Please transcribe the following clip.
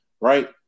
Right